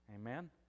Amen